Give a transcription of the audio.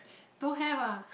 don't have ah